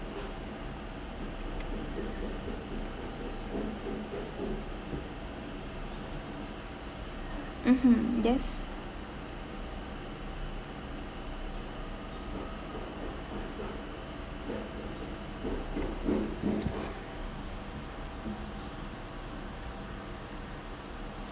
mmhmm yes